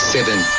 Seven